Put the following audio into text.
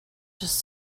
just